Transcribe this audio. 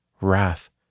wrath